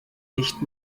nicht